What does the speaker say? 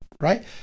Right